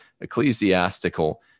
ecclesiastical